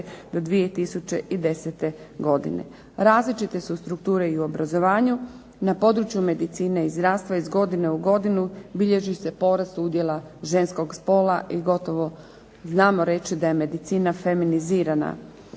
o 2010. godine. Različite su strukture i u obrazovanju. Na području medicine i zdravstva iz godine u godinu bilježi se porast udjela ženskog spola i gotovo znamo reći da je medicina feminizirana.